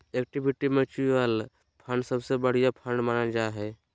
equity mutual fund सबसे बढ़िया fund मानल जा हय